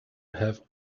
have